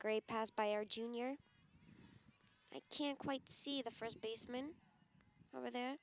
great pass by our junior i can't quite see the first baseman over there